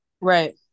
Right